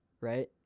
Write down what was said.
right